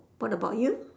what about you